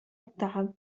التعب